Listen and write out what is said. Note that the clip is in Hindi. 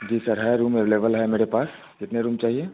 जी सर है रूम अवेलेबल है मेरे पास कितने रूम चाहिए